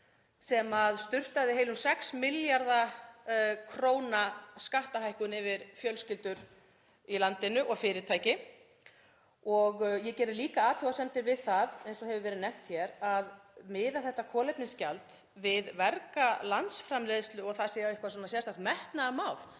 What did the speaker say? sem sturtaði heilum 6 milljörðum kr. í skattahækkun yfir fjölskyldur í landinu og fyrirtæki. Ég geri líka athugasemdir við það, eins og hefur verið nefnt hér, að miða þetta kolefnisgjald við verga landsframleiðslu og að það sé eitthvert sérstakt metnaðarmál